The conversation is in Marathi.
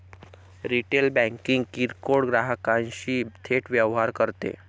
रिटेल बँकिंग किरकोळ ग्राहकांशी थेट व्यवहार करते